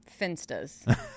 finstas